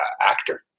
actor